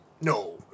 No